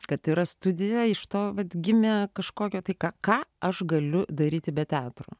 kad yra studija iš to vat gimė kažkokia tai ką ką aš galiu daryti be teatro